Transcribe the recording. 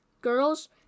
Girls